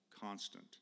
constant